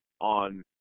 on